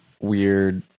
weird